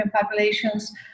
populations